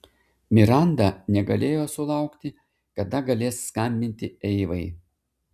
miranda negalėjo sulaukti kada galės skambinti eivai